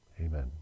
Amen